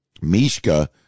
Mishka